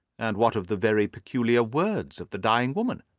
and what of the very peculiar words of the dying woman?